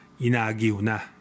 inagiuna